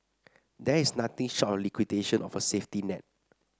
there is nothing short of liquidation of a safety net